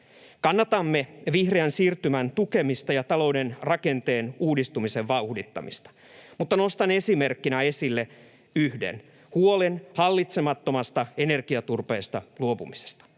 Kannatamme vihreän siirtymän tukemista ja talouden rakenteen uudistumisen vauhdittamista, mutta nostan esimerkkinä esille yhden huolen hallitsemattomasta energiaturpeesta luopumisesta.